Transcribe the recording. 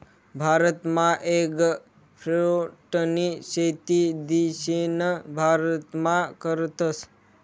भारतमा एगफ्रूटनी शेती दक्षिण भारतमा करतस